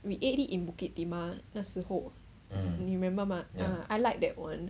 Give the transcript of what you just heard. we ate it in bukit timah 那时候 you remember mah I like that one